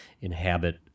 inhabit